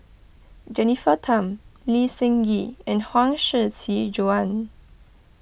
Jennifer Tham Lee Seng Gee and Huang Shiqi Joan